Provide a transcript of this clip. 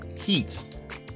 heat